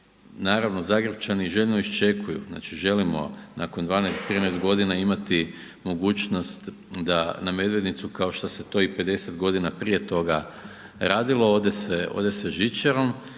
naravno Zagrepčani željno iščekuju, znači želimo nakon 12, 13 godina imati mogućnost da na Medvednicu kao što se to i 50 godina prije toga radilo ode se žičarom,